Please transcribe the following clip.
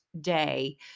day